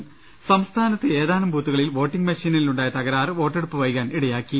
്്്്്്്് സംസ്ഥാനത്ത് ഏതാനും ബൂത്തുകളിൽ വോട്ടിംഗ് മെഷീനിലുണ്ടായ തകരാറ് വോട്ടെടുപ്പ് വൈകാൻ ഇടയാക്കി